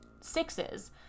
sixes